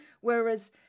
Whereas